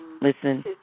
Listen